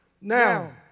Now